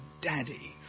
Daddy